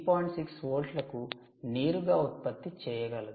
6 వోల్ట్లకు నేరుగా ఉత్పత్తి చేయగలదు